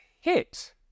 hit